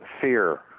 fear